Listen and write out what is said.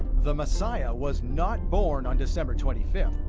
the messiah was not born on december twenty fifth,